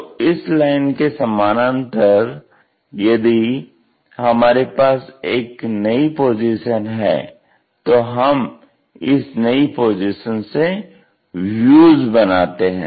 तो इस लाइन के समानान्तर यदि हमारे पास एक नई पोजीशन है तो हम इस नई पोजीशन से व्यूज बनाते हैं